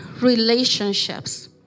relationships